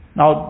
now